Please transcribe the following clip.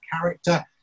character